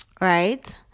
right